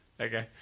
Okay